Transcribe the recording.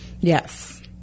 Yes